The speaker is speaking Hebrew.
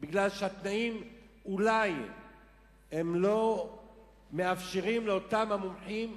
כי התנאים אולי לא מאפשרים לאותם המומחים